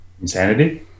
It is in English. insanity